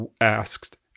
asked